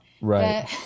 Right